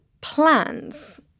plans